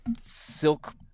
silk